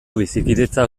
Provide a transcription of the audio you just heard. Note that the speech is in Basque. bizikidetza